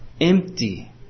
Empty